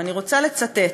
אני רוצה לצטט.